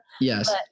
yes